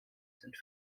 sind